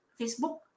Facebook